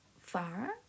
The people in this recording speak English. far